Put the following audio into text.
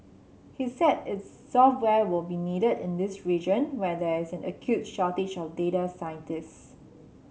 he said its software will be needed in this region where there is has an acute shortage of data scientists